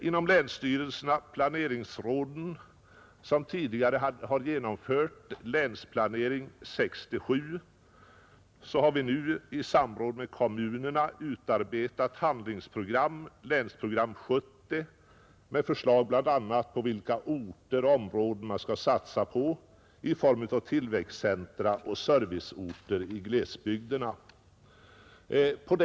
Inom länsstyrelsernas planeringsråd, som tidigare har genomfört Länsplanering 1967, har man nu i samråd med kommunerna utarbetat handlingsprogram, Länsprogram 1970, med förslag om bl.a. vilka orter och områden man skall satsa på i form av tillväxtcentra och serviceorter i glesbygderna.